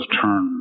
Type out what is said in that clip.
turn